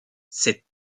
cette